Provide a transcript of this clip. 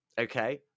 Okay